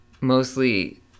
mostly